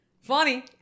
funny